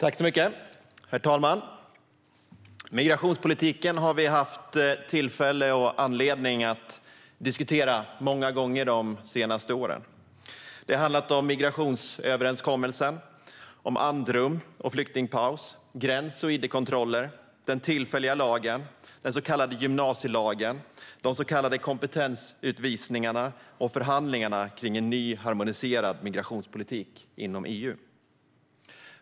Herr talman! Migrationspolitiken har vi haft tillfälle och anledning att diskutera många gånger de senaste åren. Det har handlat om migrationsöverenskommelsen, om andrum och flyktingpaus, om gräns och id-kontroller, om den tillfälliga lagen, om den så kallade gymnasielagen, om de så kallade kompetensutvisningarna och om förhandlingarna om en ny, harmoniserad migrationspolitik inom EU.